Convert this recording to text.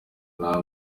nta